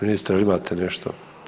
Ministre imate nešto?